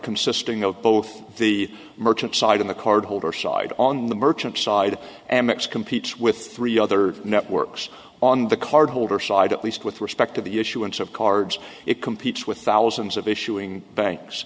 consisting of both the merchant side in the card holder side on the merchant side and mix competes with three other networks on the cardholder side at least with respect to the issuance of cards it competes with thousands of issuing banks